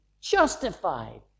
justified